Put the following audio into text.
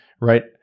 right